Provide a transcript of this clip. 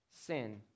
sin